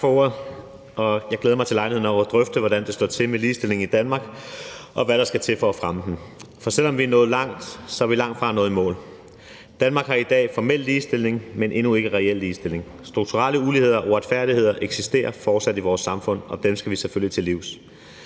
Tak for ordet. Jeg glæder mig over lejligheden til at drøfte, hvordan det står til med ligestillingen i Danmark, og hvad der skal til for at fremme den. For selv om vi er nået langt, er vi langtfra nået i mål. Danmark har i dag formel ligestilling, men endnu ikke reel ligestilling. Strukturelle uligheder og uretfærdigheder eksisterer fortsat i vores samfund, og dem skal vi selvfølgelig komme til livs.